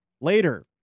Later